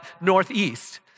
Northeast